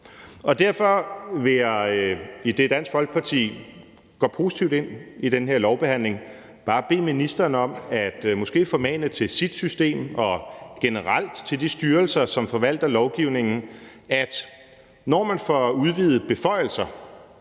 Derfor vil jeg, idet Dansk Folkeparti går positivt ind i den her lovbehandling, bare bede ministeren om måske at formane sit system og generelt de styrelser, som forvalter lovgivningen, om, at når man får udvidede beføjelser,